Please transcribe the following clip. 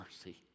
mercy